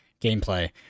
gameplay